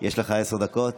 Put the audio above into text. לך עשר דקות.